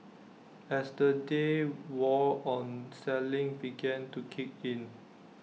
as the day wore on selling began to kick in